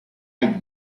night